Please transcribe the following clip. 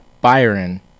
Byron